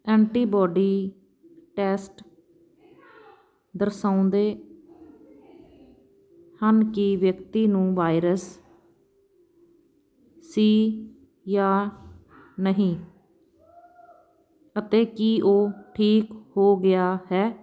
antibody test ਦਰਸਾਉਂਦੇ ਹਨ ਕਿ ਵਿਅਕਤੀ ਨੂੰ ਵਾਇਰਸ ਸੀ ਜਾਂ ਨਹੀਂ ਅਤੇ ਕੀ ਉਹ ਠੀਕ ਹੋ ਗਿਆ ਹੈ